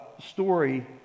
story